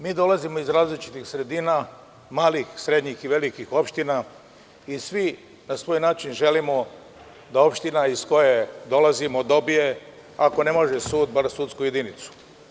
Mi dolazimo iz različitih sredina, malih, srednjih i velikih opština i svi na svoj način želimo da opština iz koje dolazimo dobije, ako ne može sud, bar sudsku jedinicu.